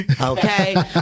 Okay